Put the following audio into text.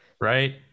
right